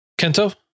Kento